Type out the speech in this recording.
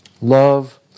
love